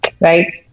right